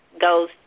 goes